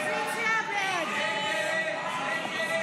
הסתייגות 955 לא התקבלה.